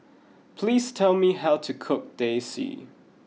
please tell me how to cook Teh C